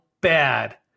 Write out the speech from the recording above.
bad